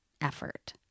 effort